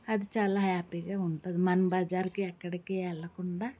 అది చాలా హ్యాపీగా ఉంటుంది మన బజార్కి ఎక్కడికి ఎళ్ళకుండా